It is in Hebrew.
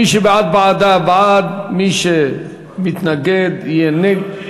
מי שבעד ועדה, בעד, מי שמתנגד, יהיה נגד.